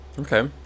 Okay